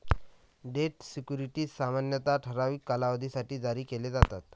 date securities सामान्यतः ठराविक कालावधीसाठी जारी केले जातात